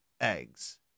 eggs